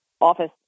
office